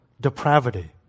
depravity